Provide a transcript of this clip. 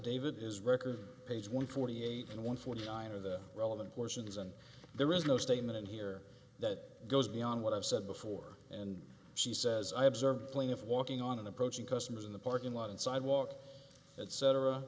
david is record page one forty eight and one forty nine are the relevant portions and there is no statement in here that goes beyond what i've said before and she says i observed plaintiff walking on approaching customers in the parking lot and sidewalk that cetera